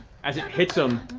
as it hits him,